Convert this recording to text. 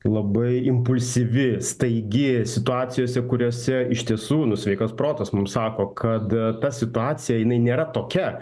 labai impulsyvi staigi situacijose kuriose iš tiesų nu sveikas protas mum sako kad ta situacija jinai nėra tokia